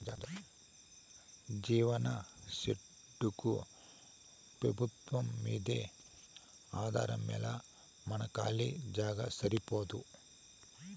జీవాల షెడ్డుకు పెబుత్వంమ్మీదే ఆధారమేలా మన కాలీ జాగా సరిపోదూ